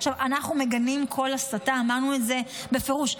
אנחנו מגנים כל הסתה, אמרנו את זה בפירוש.